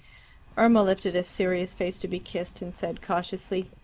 irma lifted a serious face to be kissed, and said cautiously,